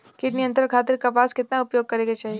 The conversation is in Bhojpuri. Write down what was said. कीट नियंत्रण खातिर कपास केतना उपयोग करे के चाहीं?